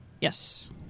Yes